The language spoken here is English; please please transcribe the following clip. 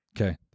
Okay